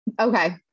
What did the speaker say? okay